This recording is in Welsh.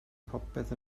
popeth